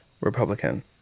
Republican